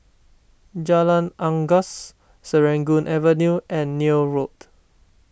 Jalan Unggas Serangoon Avenue and Neil Road